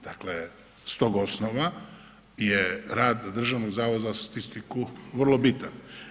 Dakle, s tog osnova je rad Državnog zavoda za statistiku vrlo bitan.